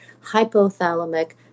hypothalamic